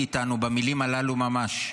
במילים הללו ממש.